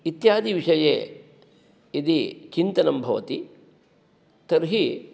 इत्यादि विषये यदि चिन्तनं भवति तर्हि